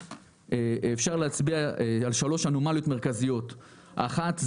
אפשר להצביע על שלוש אנומליות מרכזיות: האחת,